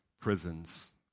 prisons